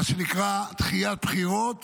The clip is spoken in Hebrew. מה שנקרא דחיית בחירות